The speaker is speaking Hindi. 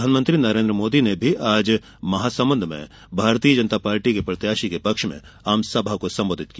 प्रधानमंत्री नरेंद्र मोदी ने आज महासमुंद में भारतीय जनता पार्टी के प्रत्याशी के पक्ष में आमसभा को संबोधित किया